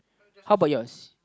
how about yours